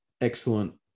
excellent